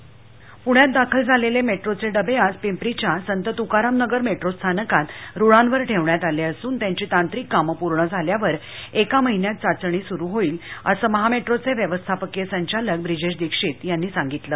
मेट्रोचे डबे पुण्यात दाखल झालेले मेट्रोचे डबे आज पिंपरीच्या संत तुकाराम नगर मेट्रो स्थानकात रुळावर ठेवण्यात आले असून त्याची तांत्रिक काम पूर्ण झाल्यावर एका महिन्यात चाचणी सुरू होईल असं महामेट्रोचे व्यवस्थापकीय संचालक ब्रिजेश दीक्षित यांनी सांगितलं